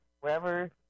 wherever